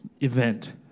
event